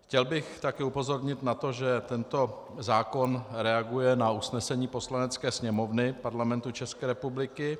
Chtěl bych také upozornit na to, že tento zákon reaguje na usnesení Poslanecké sněmovny Parlamentu České republiky.